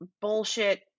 bullshit